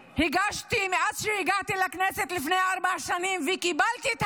מאז שהגעתי לכנסת לפני ארבע שנים הגשתי וקיבלתי את